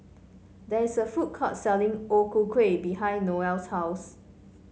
there is a food court selling O Ku Kueh behind Noel's house